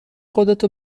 خودتو